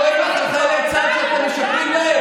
כואב לך על חיילי צה"ל, שאתם משקרים להם?